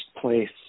place